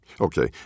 Okay